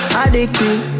addicted